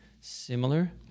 Similar